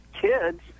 kids